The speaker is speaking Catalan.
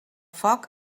foc